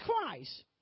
Christ